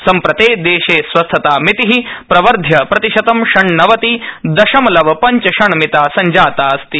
सम्प्रति देशे स्वस्थता मिति प्रवध्य प्रतिशतं षण्णवति दशमलव पंच षणमिता संजाता अस्ति